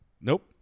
Nope